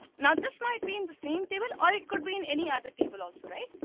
now. this might be in the same table or it could be in any other table also, right.